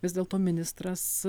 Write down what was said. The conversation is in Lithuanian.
vis dėlto ministras